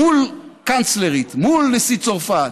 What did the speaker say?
מול קנצלרית, מול נשיא צרפת,